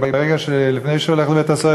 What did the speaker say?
לפני שהוא הולך לבית-הסוהר,